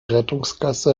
rettungsgasse